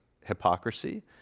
hypocrisy